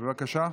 בבקשה.